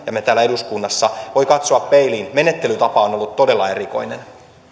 ja me täällä eduskunnassa ihmettelemme voi katsoa peiliin menettelytapa on on ollut todella erikoinen